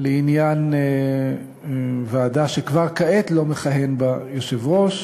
לעניין ועדה שכבר כעת לא מכהן בה יושב-ראש,